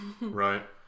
right